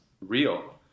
real